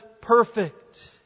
perfect